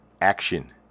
Action